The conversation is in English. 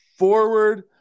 Forward